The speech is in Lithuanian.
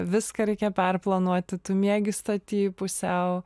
viską reikia perplanuoti tu miegi stoty pusiau